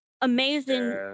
amazing